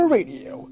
Radio